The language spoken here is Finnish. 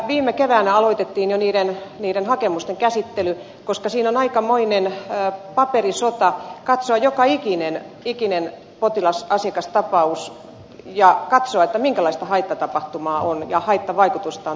viime keväänä aloitettiin jo näiden hakemusten käsittely koska siinä on aikamoinen paperisota katsoa joka ikinen potilasasiakastapaus ja katsoa minkälaista haittatapahtumaa ja haittavaikutusta on tapahtunut